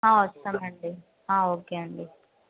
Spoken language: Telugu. వస్తాను అండి ఓకే అండి